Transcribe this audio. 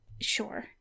Sure